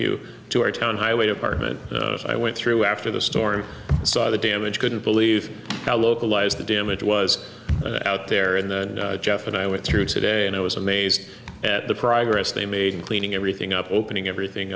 to our town highway department i went through after the storm saw the damage couldn't believe how localized the damage was out there in the jeff and i went through today and i was amazed at the progress they made in cleaning everything up opening everything